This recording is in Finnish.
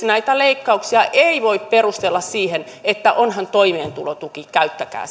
näitä leikkauksia ei voi perustella sillä että onhan toimeentulotuki käyttäkää